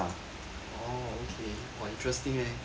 oh okay interesting leh